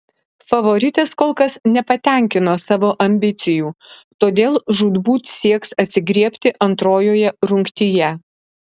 favoritės kol kas nepatenkino savo ambicijų todėl žūtbūt sieks atsigriebti antrojoje rungtyje